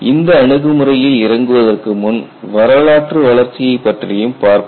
இந்த அணுகுமுறையில் இறங்குவதற்கு முன் வரலாற்று வளர்ச்சியை பற்றியும் பார்ப்போம்